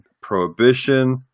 Prohibition